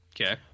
Okay